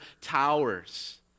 towers